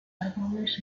árboles